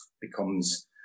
becomes